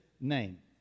name